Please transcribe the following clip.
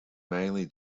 mainly